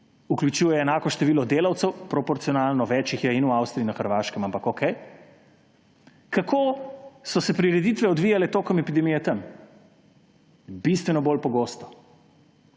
vključuje enako število delavcev, proporcionalno več jih je in v Avstriji, na Hrvaškem, ampak okej. Kako so se prireditve odvijale tekom epidemije tam? Bistveno bolj pogosto.